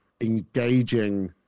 engaging